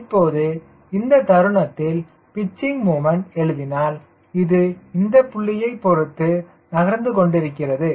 இப்போது இந்த தருணத்தில் பிச்சிங் முமண்ட் எழுதினால் இது இந்த புள்ளியை பொருத்து நகர்ந்து கொண்டிருக்கிறது